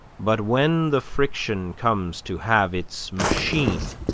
but when the friction comes to have its machine,